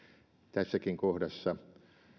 tässäkin kohdassa